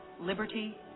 liberty